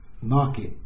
market